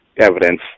evidence